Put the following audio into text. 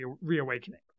reawakening